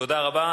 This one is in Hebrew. תודה רבה.